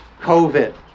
COVID